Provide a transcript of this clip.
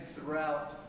throughout